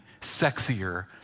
sexier